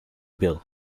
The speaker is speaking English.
bill